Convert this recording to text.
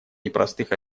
непростых